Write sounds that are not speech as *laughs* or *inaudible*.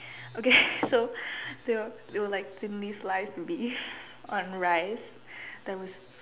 okay *laughs* so they were they were like thinly sliced beef on rice that was